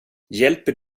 hjälper